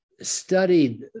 studied